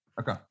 Okay